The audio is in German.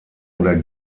oder